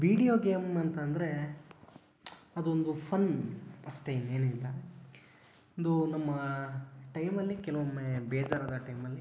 video game ಅಂತಂದರೆ ಅದೊಂದು fun ಅಷ್ಟೆ ಇನ್ನೇನಿಲ್ಲ ಇದು ನಮ್ಮ ಟೈಮಲ್ಲಿ ಕೆಲವೊಮ್ಮೆ ಬೇಜಾರಾದ ಟೈಮಲ್ಲಿ